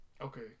okay